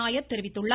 நாயர் தெரிவித்துள்ளார்